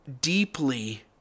deeply